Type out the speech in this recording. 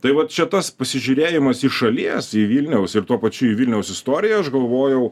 tai va čia tas pasižiūrėjimas iš šalies į vilniaus ir tuo pačiu į vilniaus istoriją aš galvojau